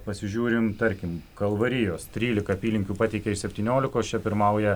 pasižiūrim tarkim kalvarijos trylika apylinkių pateikė iš septyniolikos čia pirmauja